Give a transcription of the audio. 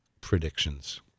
Predictions